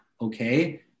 okay